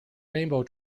rainbow